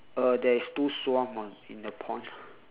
uh there is two swan ah in the pond